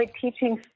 teaching